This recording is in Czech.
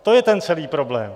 To je ten celý problém.